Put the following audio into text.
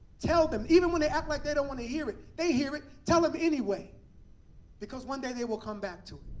tell them even when they act like they don't want to hear it. they hear it tell them anyway because one day, they will come back to it.